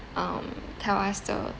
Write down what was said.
um tell us the